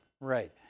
right